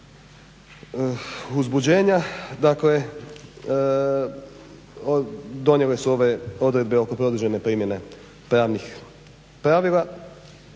uzbuđenja, dakle donijele su ove odredbe oko provedbe primjene pravnih pravila.